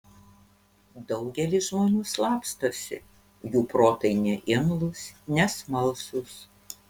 daugelis žmonių slapstosi jų protai neimlūs nesmalsūs